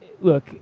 Look